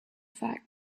fact